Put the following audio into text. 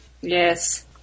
Yes